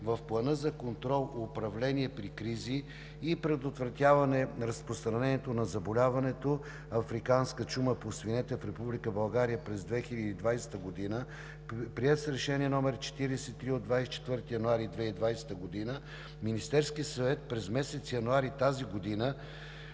в Плана за контрол, управление при кризи и предотвратяване разпространението на заболяването африканска чума по свинете в Република България през 2020 г., приет с Решение № 43 от 24 януари 2020 г. на Министерския съвет, през месец януари тази година